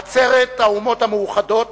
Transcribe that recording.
עצרת האומות המאוחדות